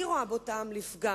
אני רואה בו טעם לפגם.